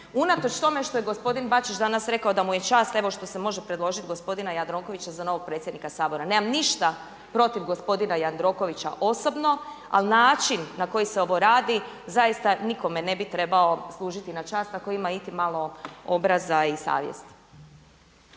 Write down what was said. unatoč tome što je gospodin Bačić danas rekao da mu je čast evo što se može predložit gospodina Jandrokovića za novog predsjednika Sabora. Nemam ništa protiv gospodina Jandrokovića osobno, ali način na koji se ovo radi zaista nikome ne bi trebao služiti na čast ako ima iti malo obraza i savjesti.